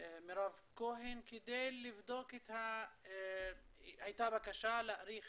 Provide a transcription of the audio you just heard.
מירב כהן, הייתה בקשה להאריך